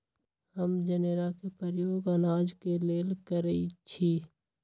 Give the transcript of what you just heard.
हम जनेरा के प्रयोग अनाज के लेल करइछि